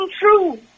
true